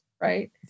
right